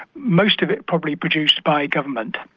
most of it probably produced by government,